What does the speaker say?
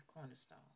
cornerstone